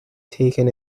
taken